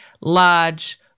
large